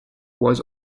was